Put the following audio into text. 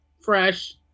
fresh